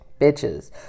bitches